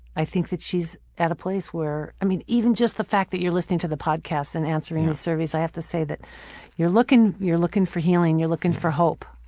i think that she's at a place where i mean, even just the fact that you're listening to the podcast and answering the surveys, i have to say that you're looking you're looking for healing you're looking for hope.